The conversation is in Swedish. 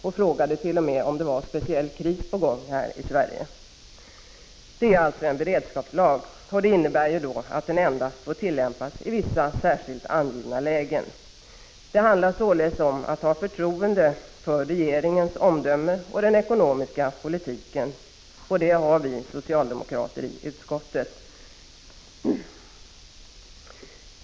Han frågade t.o.m. om det var en speciell kris på gång här i Sverige. Det är alltså en beredskapslag, och det innebär att den endast får tillämpas i vissa särskilt angivna lägen. Det handlar således om att ha förtroende för regeringens omdöme och den ekonomiska politik som förs, och det har vi socialdemokrater i utskottet.